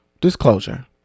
disclosure